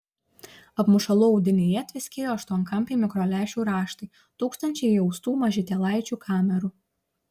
apmušalų audinyje tviskėjo aštuonkampiai mikrolęšių raštai tūkstančiai įaustų mažytėlaičių kamerų